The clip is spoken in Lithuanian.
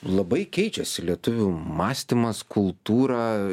labai keičiasi lietuvių mąstymas kultūra